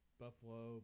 buffalo